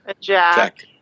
Jack